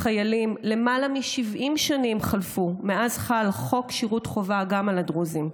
החיילים: למעלה מ-70 שנים חלפו מאז חל חוק שירות חובה גם על הדרוזים,